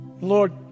Lord